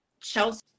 chelsea